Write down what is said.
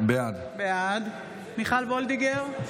בעד מיכל מרים וולדיגר,